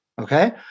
Okay